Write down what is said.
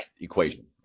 equation